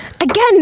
Again